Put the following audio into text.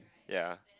ya